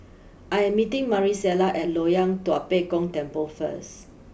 I am meeting Marisela at Loyang Tua Pek Kong Temple first